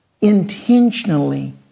intentionally